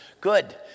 Good